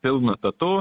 pilnu etatu